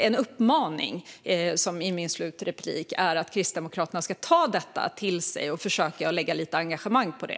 En uppmaning i min slutreplik är att Kristdemokraterna ska ta detta till sig och försöka lägga lite engagemang på det.